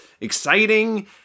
exciting